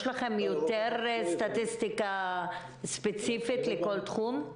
יש לכם סטטיסטיקה יותר ספציפית לכל תחום?